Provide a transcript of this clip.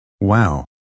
Wow